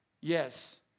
yes